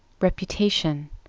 reputation